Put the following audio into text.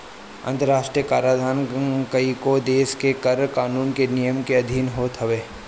अंतरराष्ट्रीय कराधान कईगो देस के कर कानून के नियम के अधिन होत हवे